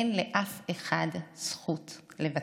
אין לאף אחד זכות לוותר.